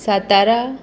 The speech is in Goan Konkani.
सातारा